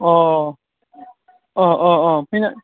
अ अ अ अ फैनो